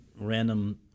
random